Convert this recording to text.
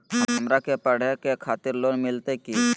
हमरा के पढ़े के खातिर लोन मिलते की?